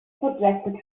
projected